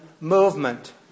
movement